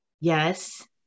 Yes